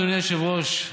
אדוני היושב-ראש,